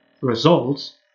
results